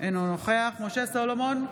אינו נוכח משה סולומון,